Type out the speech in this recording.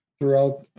throughout